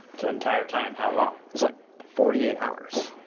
so entire time, how long? like forty eight hours.